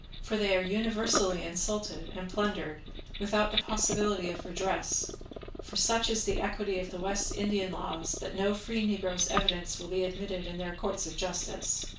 for they are universally insulted and plundered without the possibility of redress for such is the equity of the west indian laws, that no free negro's evidence will be admitted in their courts of justice.